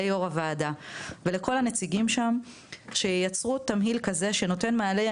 ליו"ר הוועדה ולכל הנציגים שם שיצרו תמהיל כזה שנותן מענה